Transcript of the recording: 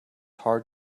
hard